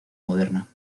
moderna